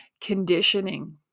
conditioning